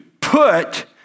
put